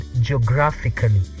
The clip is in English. geographically